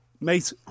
Mate